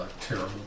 terrible